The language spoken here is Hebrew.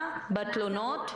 בתלונות?